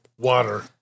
Water